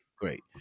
Great